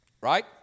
Right